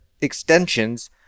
extensions